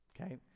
Okay